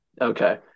Okay